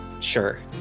Sure